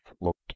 looked